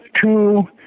two